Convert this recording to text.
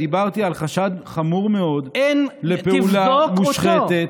דיברתי על חשד חמור מאוד לפעולה מושחתת,